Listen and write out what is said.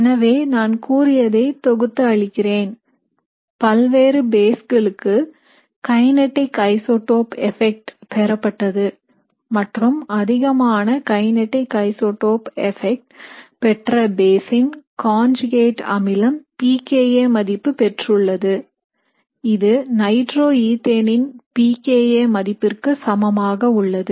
எனவே நான் கூறியதை தொகுத்து அளிக்கிறேன் பல்வேறு பேஸ்களுக்கு கைநீட்டிக் ஐசோடோப் எபெக்ட் பெறப்பட்டது மற்றும் அதிகமான கைநீட்டிக் ஐசோடோப் எபெக்ட் பெற்ற பேசின் காஞ்சிகேட் அமிலம் pKa மதிப்பு பெற்றுள்ளது இது நைட்ரோஈத்தேனின் pKa மதிப்பிற்கு சமமாக உள்ளது